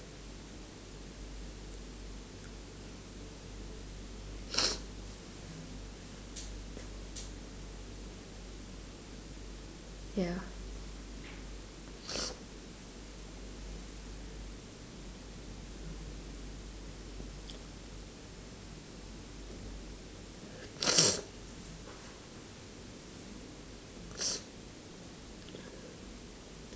ya